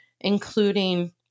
including